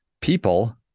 people